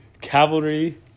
Cavalry